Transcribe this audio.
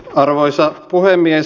arvoisa puhemies